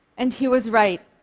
and he was right.